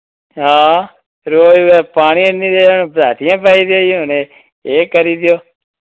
हां रोज पानी आह्नी देना बसाठियां बड्ढी दे एह् करी देओ